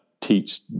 teach